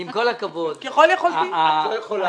את לא יכולה עליו.